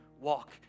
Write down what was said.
walk